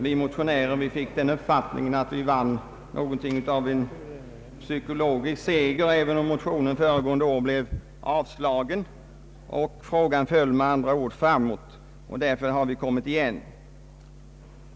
Vi motionärer fick den uppfattningen att vi då vann något av en psykologisk seger, även om motionerna blev avslagna. Frågan föll med andra ord framåt. Därför har vi kommit igen.